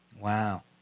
Wow